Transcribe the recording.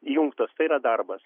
įjungtos tai yra darbas